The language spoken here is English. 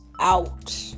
out